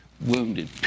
wounded